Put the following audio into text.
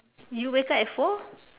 you wake up at four